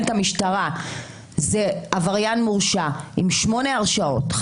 את המשטרה זה עבריין מורשע עם שמונה הרשעות,